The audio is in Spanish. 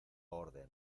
orden